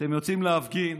אתם יוצאים להפגין,